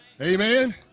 Amen